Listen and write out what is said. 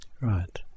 Right